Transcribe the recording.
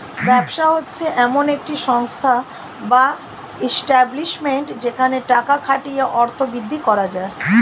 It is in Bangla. ব্যবসা হচ্ছে এমন একটি সংস্থা বা এস্টাব্লিশমেন্ট যেখানে টাকা খাটিয়ে অর্থ বৃদ্ধি করা যায়